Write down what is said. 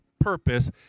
purpose